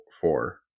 four